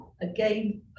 again